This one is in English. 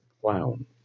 clown